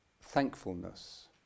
thankfulness